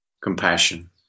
compassion